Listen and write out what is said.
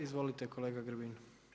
Izvolite kolega Grbin.